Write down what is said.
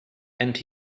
and